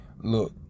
look